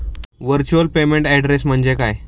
Virtual payment address म्हणजे काय?